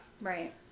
Right